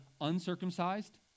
uncircumcised